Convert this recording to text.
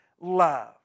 love